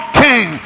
king